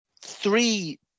three